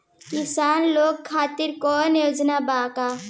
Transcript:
किसान लोग खातिर कौनों योजना बा का?